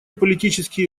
политические